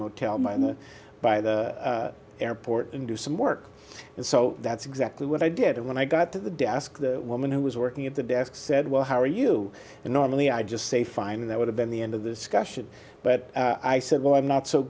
motel mind by the airport and do some work and so that's exactly what i did when i got to the desk the woman who was working at the desk said well how are you and normally i just say fine that would have been the end of the sky should but i said well i'm not so